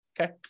Okay